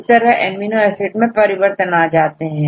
इस तरह amino acid में परिवर्तन आ सकता है